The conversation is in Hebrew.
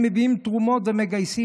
הם מביאים תרומות ומגייסים.